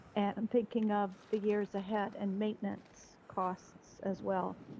and i'm thinking of the years ahead and maintenance costs as well.